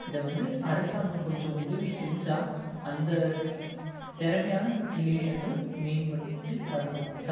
இதைவந்து அரசாங்கம் கொஞ்சம் உதவி செஞ்சால் அந்த திறமையான இளைஞர்கள் மேன்பட்டு வரலாம் சா